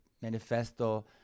manifesto